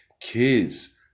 kids